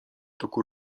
toku